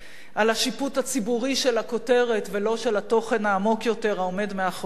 על השיפוט הציבורי של הכותרת ולא של התוכן העמוק יותר העומד מאחוריה.